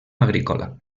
agrícola